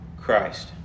Christ